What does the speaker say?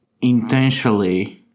intentionally